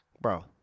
Bro